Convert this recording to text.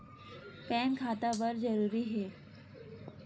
Pan खाता बर जरूरी हे?